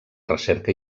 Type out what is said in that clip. recerca